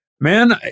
Man